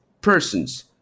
persons